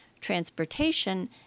transportation